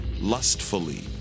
lustfully